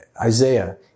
Isaiah